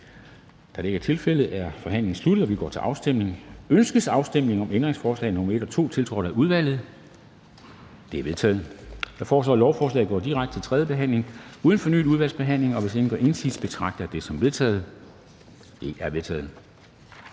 Kl. 13:11 Afstemning Formanden (Henrik Dam Kristensen): Ønskes afstemning om ændringsforslag nr. 1 og 2, tiltrådt af udvalget? De er vedtaget. Jeg foreslår, at lovforslaget går direkte til tredje behandling uden fornyet udvalgsbehandling. Hvis ingen gør indsigelse, betragter jeg det som vedtaget. Det er vedtaget.